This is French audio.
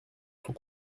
son